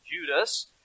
Judas